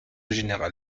général